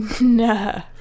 No